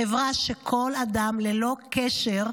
חברה שכל אדם, ללא קשר למגבלתו,